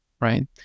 right